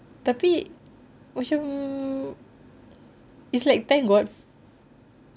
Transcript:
tapi macam it's like thank god